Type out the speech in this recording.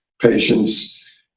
patients